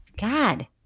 God